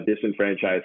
disenfranchised